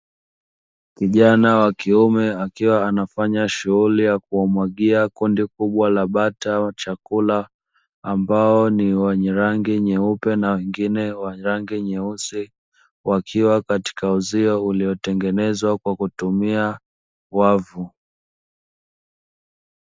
Kijana wa kiume akiwa anafanya shughuli ya kuwamwagia kundi kubwa la bata wa chakula ambao ni wenye rangi nyeupe na wengine wa rangi nyeusi, wakiwa katika uzio uliotengenezwa kwa kutumia wavu.